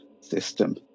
system